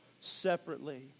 separately